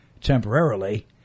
temporarily